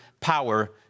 power